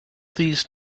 these